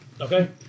Okay